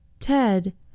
Ted